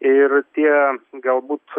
ir tie galbūt